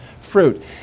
fruit